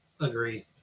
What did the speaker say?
Agree